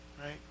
right